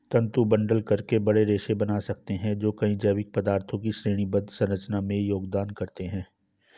तंतु बंडल करके बड़े रेशे बना सकते हैं जो कई जैविक पदार्थों की श्रेणीबद्ध संरचना में योगदान करते हैं